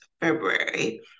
February